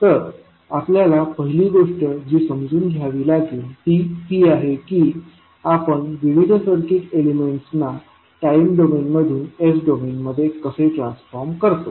तर आपल्याला पहिली गोष्ट जी समजून घ्यावी लागेल ती ही आहे की आपण विविध सर्किट एलिमेंट्स ना टाईम डोमेन मधून s डोमेनमध्ये कसे ट्रान्सफॉर्म करतो